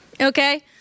Okay